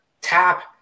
tap